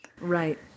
Right